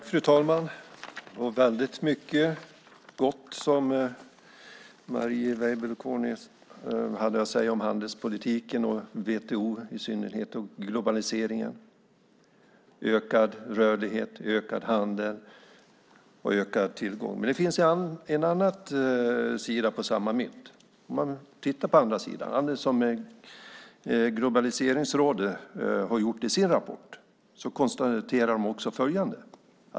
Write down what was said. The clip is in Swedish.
Fru talman! Det var väldigt mycket gott som Marie Weibull Kornias hade att säga om handelspolitiken, WTO i synnerhet och globaliseringen. Det är ökad rörlighet, ökad handel och ökad tillgång. Men det finns en annan sida på samma mynt. Om man tittar på andra sidan, som Globaliseringsrådet har gjort i sin rapport, konstaterar man också följande.